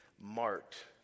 marked